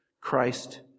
Christ